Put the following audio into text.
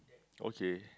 okay